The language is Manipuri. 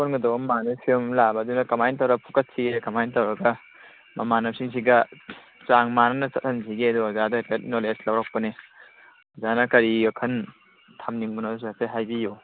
ꯁꯣꯟꯒꯗꯕ ꯃꯥꯟꯕꯒꯤ ꯐꯤꯕꯝ ꯑꯃ ꯂꯥꯛꯑꯕ ꯑꯗꯨꯅ ꯀꯃꯥꯏꯅ ꯇꯧꯔ ꯐꯨꯀꯠꯁꯤꯒꯦ ꯀꯃꯥꯏꯅ ꯇꯧꯔꯒ ꯃꯃꯥꯟꯅꯕꯁꯤꯡꯁꯤꯒ ꯆꯥꯡ ꯃꯥꯟꯅꯅ ꯆꯠꯍꯟꯁꯤꯒꯦ ꯑꯗꯨ ꯑꯣꯖꯥꯗ ꯍꯥꯏꯐꯦꯠ ꯅꯣꯂꯦꯖ ꯂꯧꯔꯛꯄꯅꯤ ꯑꯣꯖꯥ ꯀꯔꯤ ꯋꯥꯈꯜ ꯊꯝꯅꯤꯡꯕꯅꯣꯁꯨ ꯍꯥꯏꯐꯦꯠ ꯍꯥꯏꯕꯤꯌꯣ